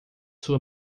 sua